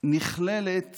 נכללת